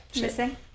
missing